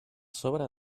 sobre